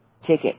ticket